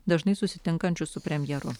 dažnai susitinkančiu su premjeru